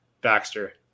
baxter